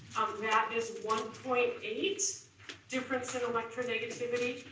that is one point eight difference and electronegativity.